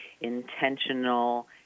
intentional